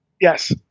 yes